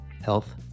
health